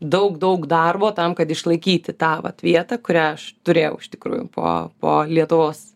daug daug darbo tam kad išlaikyti tą vat vietą kurią aš turėjau iš tikrųjų po po lietuvos